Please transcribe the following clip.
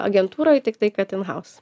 agentūroj tiktai kad in haus